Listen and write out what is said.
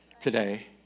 today